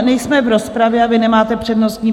Nejsme v rozpravě a vy nemáte přednostní...